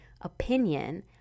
opinion